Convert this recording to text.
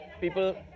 people